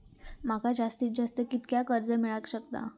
माका जास्तीत जास्त कितक्या कर्ज मेलाक शकता?